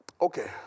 Okay